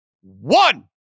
one